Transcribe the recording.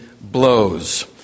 blows